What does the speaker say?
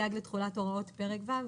סייג לתחולת הוראות פרק ו',